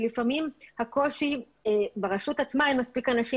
לפעמים הקושי הוא שברשות עצמה אין מספיק אנשים,